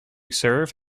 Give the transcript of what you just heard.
serve